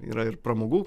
yra ir pramogų